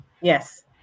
Yes